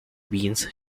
beans